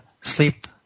sleep